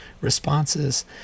responses